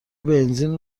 بنزین